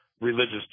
religious